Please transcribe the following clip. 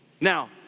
Now